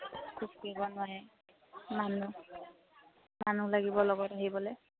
খোজকাঢ়িব নোৱাৰে মানুহ মানুহ লাগিব লগত আহিবলৈ